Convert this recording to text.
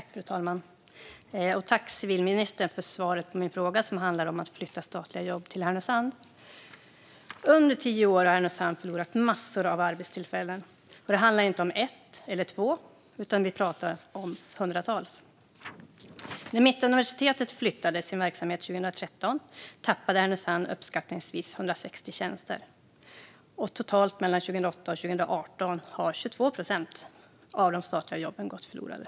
Fru talman! Jag tackar civilministern för svaret på min interpellation, som handlar om att flytta statliga jobb till Härnösand. Under tio år har Härnösand förlorat massor av arbetstillfällen. Det handlar inte om ett eller två, utan vi pratar om hundratals. När Mittuniversitetet flyttade sin verksamhet 2013 tappade Härnösand uppskattningsvis 160 tjänster. Mellan 2008 och 2018 gick totalt 22 procent av de statliga jobben förlorade.